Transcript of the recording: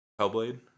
Hellblade